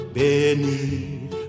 beneath